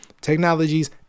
technologies